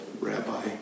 Rabbi